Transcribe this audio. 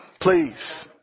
Please